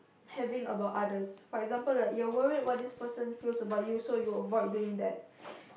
having about others for example like you are worried what this person feels about you so avoid doing that